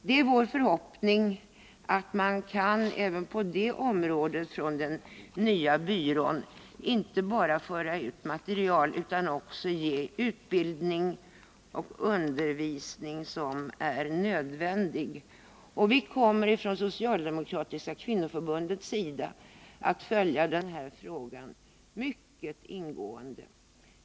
Det är vår förhoppning att den nya byrån även på detta område inte bara skall kunna föra ut material utan också ge den utbildning och undervisning som är nödvändig. Vi kommer från socialdemokratiska kvinnoförbundets sida att följa denna fråga mycket ingående.